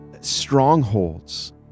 strongholds